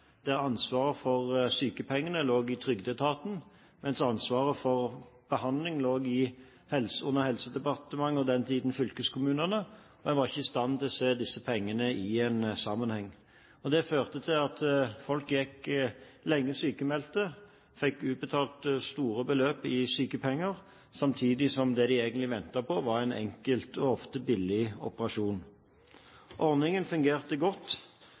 ansvaret for sykepengene lå i trygdeetaten, mens ansvaret for behandlingen lå under Helsedepartementet, på den tiden fylkeskommunene. En var ikke i stand til å se disse pengene i en sammenheng. Det førte til at folk gikk sykmeldte lenge, fikk utbetalt store beløp i sykepenger samtidig som det de egentlig ventet på, var en enkel og ofte billig operasjon. Ordningen fungerte godt,